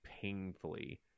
painfully